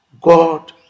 God